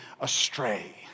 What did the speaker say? astray